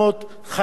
חיילים,